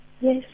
Yes